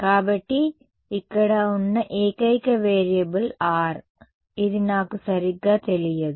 కాబట్టి ఇక్కడ ఉన్న ఏకైక వేరియబుల్ R ఇది నాకు సరిగ్గా తెలియదు